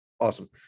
Awesome